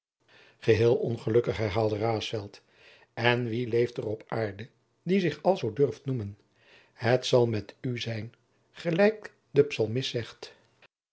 geheel ongelukkig herhaalde raesfelt en wie leeft er op aarde die zich alzoo durft noemen het zal met u zijn gelijk de psalmist zegt